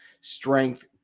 strength